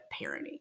parenting